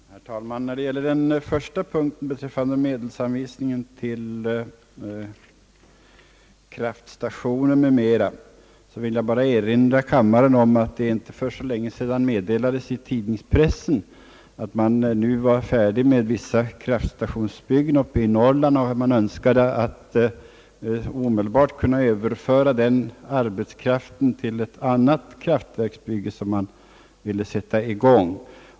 Herr talman! När det gäller den första punkten beträffande medelsanvisningen till kraftstationer m.m. vill jag erinra kammaren om att det för inte så länge sedan meddelades i tidningspressen att man nu var färdig med vis sa kraftstationsbyggen i Norrland och att man omedelbart önskade överföra den arbetskraften till ett annat kraftverksbygge som man ville sätta i gång.